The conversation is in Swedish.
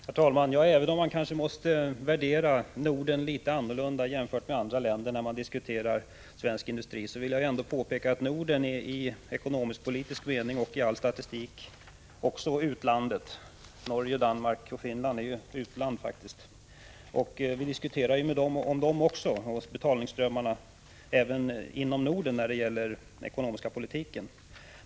Herr talman! Även om man kanske måste värdera Norden litet annorlunda jämfört med andra länder när man diskuterar svensk industri, vill jag ändå påpeka att Norden i den ekonomiska politiken och i all statistik tillhör utlandet — Norge, Danmark och Finland är faktiskt utlandet. Vi diskuterar också om dem och om betalningsströmmarna även inom Norden när det gäller den ekonomiska politiken.